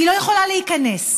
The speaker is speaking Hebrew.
היא לא יכולה להיכנס,